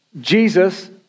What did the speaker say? Jesus